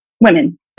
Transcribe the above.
women